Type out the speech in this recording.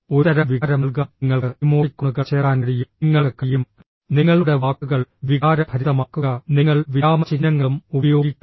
ഒരുതരം വികാരം നൽകാൻ നിങ്ങൾക്ക് ഇമോട്ടിക്കോണുകൾ ചേർക്കാൻ കഴിയും നിങ്ങൾക്ക് കഴിയും നിങ്ങളുടെ വാക്കുകൾ വികാരഭരിതമാക്കുക നിങ്ങൾ വിരാമചിഹ്നങ്ങളും ഉപയോഗിക്കണം